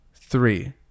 three